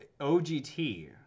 OGT